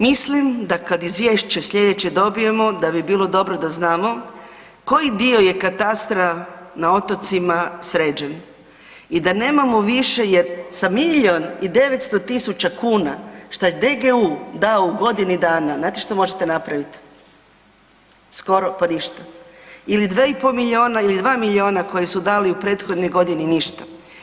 Mislim da kad izvješće slijedeće dobijemo da bi bilo dobro da znamo koji dio je katastra na otocima sređen i da nemamo više jer sa milijun i 900 tisuća kuna šta je DGU dao u godini dana, znate što možete napravit, skoro pa ništa ili 2,5 milijuna ili 2 milijuna koje su dali u prethodnoj godini ništa.